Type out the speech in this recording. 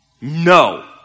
No